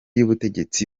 y’ubutegetsi